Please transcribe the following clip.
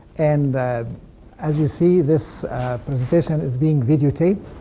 and as you see, this presentation is being video taped,